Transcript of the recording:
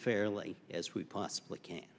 fairly as we possibly can